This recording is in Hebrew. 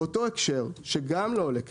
באותו הקשר שגם לא עולה כסף,